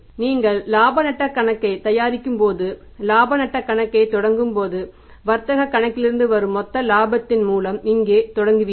நீங்கள் இலாப நட்டக் கணக்கைத் தயாரிக்கும்போது இலாப நட்டக் கணக்கைத் தொடங்கும்போது வர்த்தகக் கணக்கிலிருந்து வரும் மொத்த இலாபத்தின் மூலம் இங்கே தொடங்குவீர்கள்